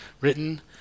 written